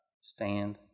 stand